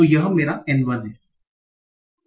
तो वह मेरा N1 हैं